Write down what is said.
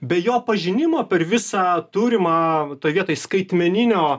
be jo pažinimo per visą turimą toj vietoj skaitmeninio